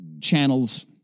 channels